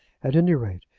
at any rate,